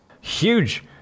Huge